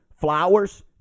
flowers